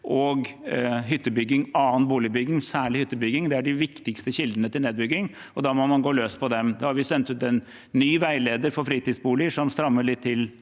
og boligbygging, særlig hyttebygging. Det er de viktigste kildene til nedbygging, og da må man gå løs på dem. Vi har sendt ut en ny veileder for fritidsboliger som strammer litt til